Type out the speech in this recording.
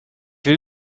will